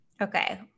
Okay